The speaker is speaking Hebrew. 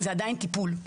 זה עדיין טיפול.